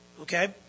okay